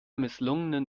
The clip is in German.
misslungenen